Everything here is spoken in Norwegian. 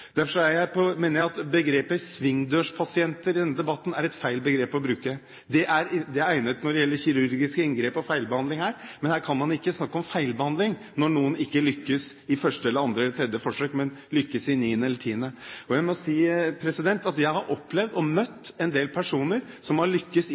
jeg at begrepet svingdørspasienter er et feil begrep å bruke i denne debatten. Det er egnet når det gjelder kirurgiske inngrep og feilbehandling, men her kan man ikke snakke om feilbehandling når noen ikke lykkes i første, andre eller tredje forsøk, men lykkes i det niende eller tiende. Jeg har opplevd å møte en del personer som har lyktes i det tiende forsøket, og